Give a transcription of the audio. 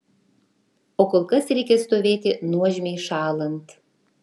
o kol kas reikia stovėti nuožmiai šąlant